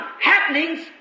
happenings